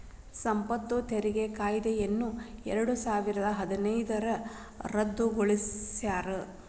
ಸಂಪತ್ತು ತೆರಿಗೆ ಕಾಯ್ದೆಯನ್ನ ಎರಡಸಾವಿರದ ಹದಿನೈದ್ರಾಗ ರದ್ದುಗೊಳಿಸ್ಯಾರ